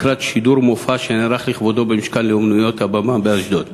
לקראת שידור מופע שנערך לכבודו ב"משכן לאמנויות הבמה" באשדוד.